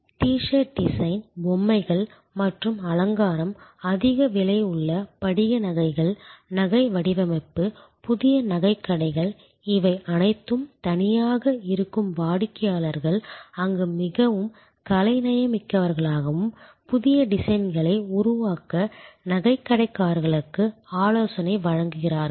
D shirt design பொம்மைகள் மற்றும் அலங்காரம் அதிக விலையுள்ள படிக நகைகள் நகை வடிவமைப்பு புதிய நகைக்கடைகள் இவை அனைத்தும் தனியாக இருக்கும் வாடிக்கையாளர்கள் அங்கு மிகவும் கலைநயமிக்கவர்களாகவும் புதிய டிசைன்களை உருவாக்க நகைக்கடைக்காரர்களுக்கு ஆலோசனை வழங்குகிறார்கள்